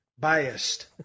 Biased